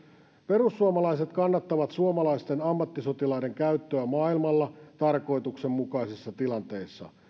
perussuomalaiset kannattavat suomalaisten ammattisotilaiden käyttöä maailmalla tarkoituksenmukaisissa tilanteissa